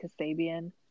Kasabian